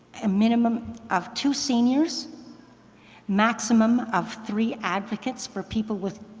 a minimum of two seniors maximum of three advocates for people with,